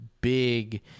big